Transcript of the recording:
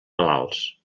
malalts